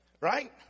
Right